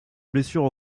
blessure